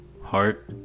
heart